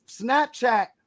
snapchat